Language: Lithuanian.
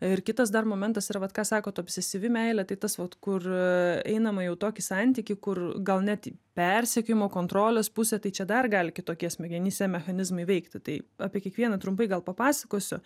ir kitas dar momentas yra vat ką sako ta obsesyvi meilė tai tas vat kur einama jau į tokį santykį kur gal net persekiojimo kontrolės pusė tai čia dar gali kitokie smegenyse mechanizmai veikti tai apie kiekvieną trumpai gal papasakosiu